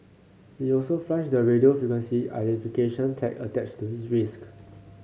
he also flushed the radio frequency identification tag attached to his wrist